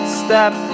step